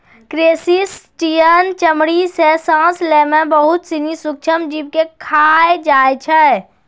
crustacean चमड़ी सें सांस लै में बहुत सिनी सूक्ष्म जीव के खाय जाय छै